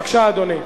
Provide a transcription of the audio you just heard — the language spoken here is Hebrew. בבקשה, אדוני.